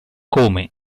come